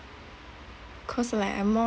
cause like I'm more